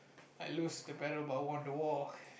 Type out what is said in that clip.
I lose the battle but won the war